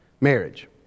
Marriage